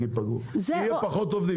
יהיו פחות עובדים,